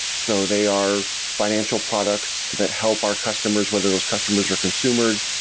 so they are financial products that help our customers, whether those customers are consumers,